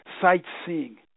sightseeing